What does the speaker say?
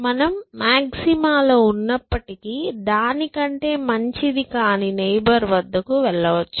మనం మాక్సిమా లో ఉన్నప్పటికీ దాని కంటే మంచిది కాని నైబర్ వద్దకు వెళ్ళవచ్చు